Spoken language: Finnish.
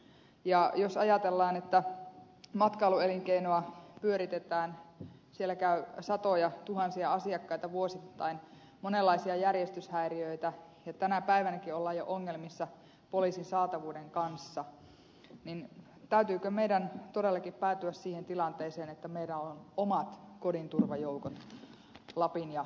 ja jos ajatellaan että matkailuelinkeinoa pyöritetään siellä käy satojatuhansia asiakkaita vuosittain on monenlaisia järjestyshäiriöitä ja tänä päivänäkin ollaan jo ongelmissa poliisin saatavuuden kanssa niin täytyykö meidän todellakin päätyä siihen tilanteeseen että meillä on omat kodinturvajoukot lapin ja